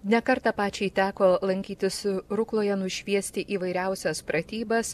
ne kartą pačiai teko lankytis rukloje nušviesti įvairiausias pratybas